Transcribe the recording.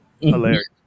Hilarious